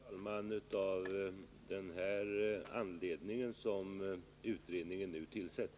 Fru talman! Det är av denna anledning som utredningen nu tillsätts.